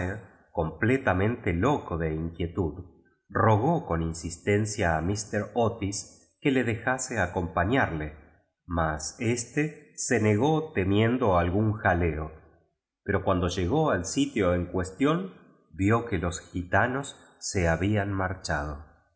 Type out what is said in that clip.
completamente loco de inquietud rogó con insistencia a míster otis que le dejase acompañarle mas éste se negó temiendo algún jaleo pero cuando llegó al sitio en cuestión vio que los gitanos se habían marchado